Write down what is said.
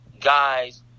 guys